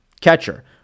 catcher